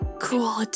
cool